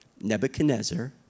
Nebuchadnezzar